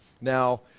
Now